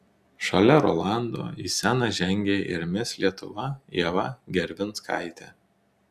šalia rolando į sceną žengė ir mis lietuva ieva gervinskaitė